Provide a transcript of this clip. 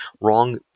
wrong